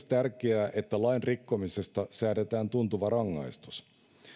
tärkeää myös että lain rikkomisesta säädetään tuntuva rangaistus